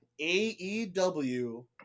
AEW